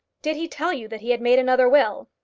did he tell you that he had made another will?